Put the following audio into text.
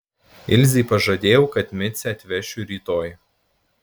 ilzei pažadėjau kad micę atvešiu rytoj